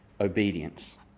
obedience